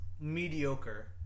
mediocre